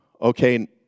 okay